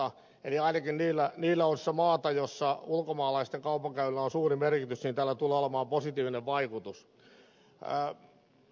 eli ainakin niissä osissa maata missä ulkomaalaisten kaupankäynnillä on suuri merkitys tällä tulee olemaan positiivinen vaikutus